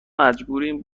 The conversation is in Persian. مجبوریم